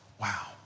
Wow